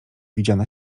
widziana